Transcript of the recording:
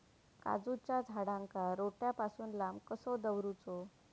काजूच्या झाडांका रोट्या पासून लांब कसो दवरूचो?